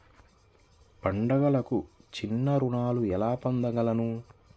పండుగలకు చిన్న రుణాలు ఎక్కడ పొందగలను?